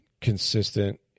consistent